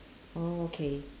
oh okay